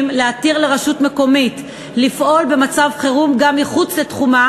להתיר לרשות מקומית לפעול במצב חירום גם מחוץ לתחומה